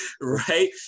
right